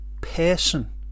person